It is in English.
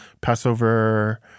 Passover